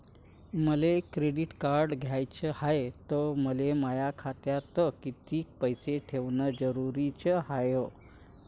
मले credit card घ्याचं हाय, त मले माया खात्यात कितीक पैसे ठेवणं जरुरीच हाय?